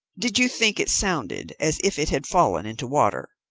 did you think it sounded as if it had fallen into water?